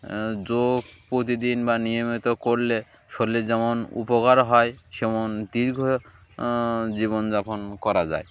যোগ প্রতিদিন বা নিয়মিত করলে শরীরের যেমন উপকার হয় সেমন দীর্ঘ জীবনযাপন করা যায়